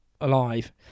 alive